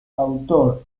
autor